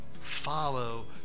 Follow